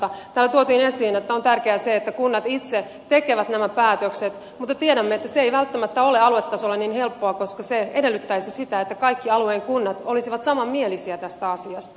täällä tuotiin esiin että on tärkeää se että kunnat itse tekevät nämä päätökset mutta tiedämme että se ei välttämättä ole aluetasolla niin helppoa koska se edellyttäisi sitä että kaikki alueen kunnat olisivat samanmielisiä tästä asiasta